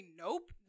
nope